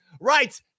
right